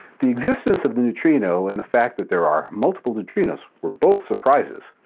the existence of the neutrino and the fact that there are multiple neutrinos were both surprises,